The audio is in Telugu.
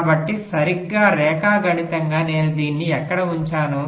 కాబట్టి సరిగ్గా రేఖాగణితంగా నేను దీన్ని ఎక్కడ ఉంచాను